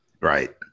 Right